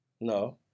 No